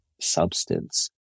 substance